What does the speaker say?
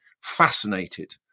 fascinated